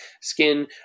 skin